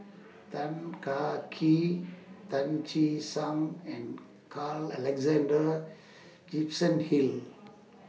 Tan Kah Kee Tan Che Sang and Carl Alexander Gibson Hill